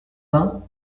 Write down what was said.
vingt